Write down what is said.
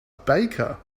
baker